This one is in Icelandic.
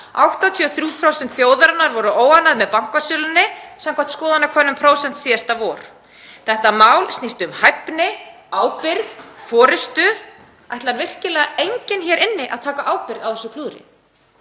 83% þjóðarinnar voru óánægð með bankasöluna samkvæmt skoðanakönnun Prósents síðasta vor. Þetta mál snýst um hæfni, ábyrgð og forystu. Ætlar virkilega enginn hér inni að taka ábyrgð á þessu klúðri?